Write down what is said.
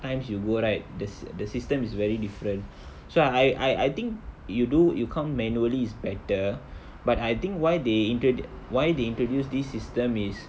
times you go right the~ the system is very different so I I I think you do you count manually is better but I think why they introd~ why they introduce this system is